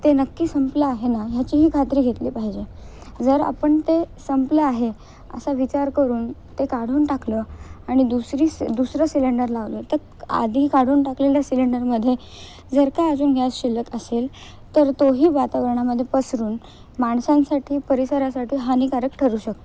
ते नक्की संपलं आहे ना ह्याचीही खात्री घेतली पाहिजे जर आपण ते संपलं आहे असा विचार करून ते काढून टाकलं आणि दुसरी स दुसरं सिलेंडर लावलं तर आधीही काढून टाकलेलं सिलेंडरमध्ये जर का अजून गॅस शिल्लक असेल तर तोही वातावरणामध्ये पसरून माणसांसाठी परिसरासाठी हानिकारक ठरू शकतो